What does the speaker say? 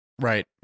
right